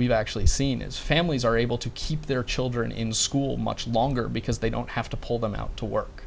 we've actually seen is families are able to keep their children in school much longer because they don't have to pull them out to work